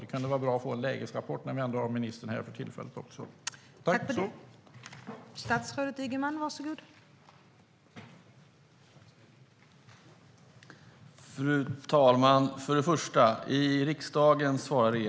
Det kunde vara bra att få en lägesrapport nu när vi för tillfället ändå har ministern här.